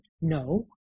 No